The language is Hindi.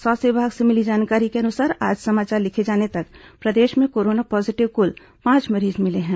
स्वास्थ्य विभाग से मिली जानकारी के अनुसार आज समाचार लिखे जाने तक प्रदेश में कोरोना पॉजीटिव कुल पांच मरीज मिले हैं